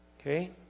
Okay